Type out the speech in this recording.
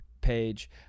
page